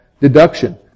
deduction